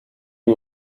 iyi